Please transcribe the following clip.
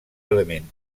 element